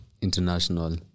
international